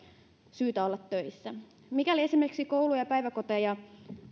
syytä olla töissä mikäli esimerkiksi kouluja ja päiväkoteja